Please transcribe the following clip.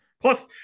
Plus